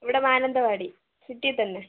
ഇവിടെ മാനന്തവാടി സിറ്റിയിൽത്തന്നെ